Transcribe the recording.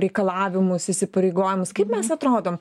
reikalavimus įsipareigojimus kaip mes atrodom